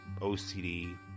OCD